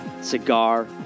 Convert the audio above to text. Cigar